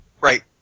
Right